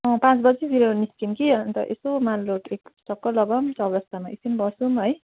अँ पाँच बजेतिर निस्कौँ कि अनि त यसो मालरोड एक चक्कर लगाऔँ चौरस्तामा एकछिन बसौँ है